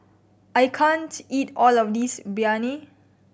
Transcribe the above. I can't eat all of this Biryani